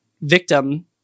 victim